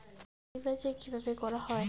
বিমা চেক কিভাবে করা হয়?